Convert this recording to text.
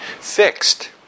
fixed